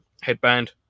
headband